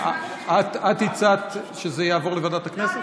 את הצעת שזה יעבור לוועדת הכנסת?